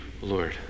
Lord